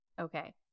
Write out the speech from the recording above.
Okay